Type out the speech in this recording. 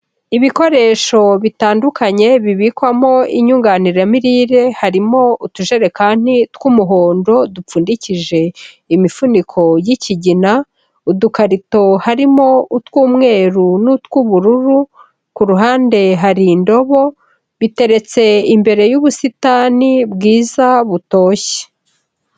Ibikoresho bitandukanye bibikwamo inyunganiramirire, harimo utujerekani tw'umuhondo dupfundikije imifuniko y'ikigina, udukarito harimo utw'umweru n'utw'ubururu, kuruhande hari indobo biteretse imbere y'ubusitani bwiza butoshye.